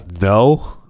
no